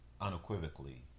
unequivocally